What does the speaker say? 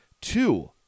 two